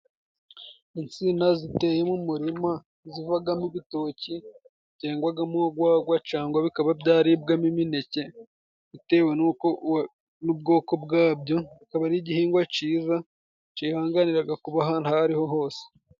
Insina ziteye mu murima zivagamo ibitoki byengwagamo ugwagwa cangwa bikaba byaribwamo imineke bitewe n'uko n'ubwoko bwabyo kikaba ari igihingwa ciza cihanganiraga kuba ahantu aho ariho hose.